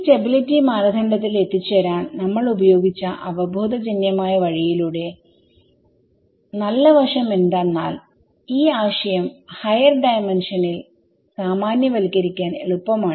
ഈ സ്റ്റെബിലിറ്റിമാനദണ്ഡത്തിൽ എത്തിച്ചേരാൻ നമ്മൾ ഉപയോഗിച്ച അവബോധജന്യമായ വഴിയുടെ നല്ല വശം എന്തെന്നാൽ ഈ ആശയം ഹയർ ഡയമെൻഷനിൽ സാമാന്യവൽക്കരിക്കാൻ എളുപ്പമാണ്